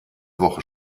woche